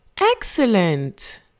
Excellent